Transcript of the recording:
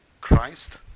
Christ